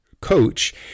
coach